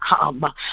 come